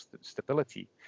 stability